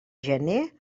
gener